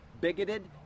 bigoted